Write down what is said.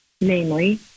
namely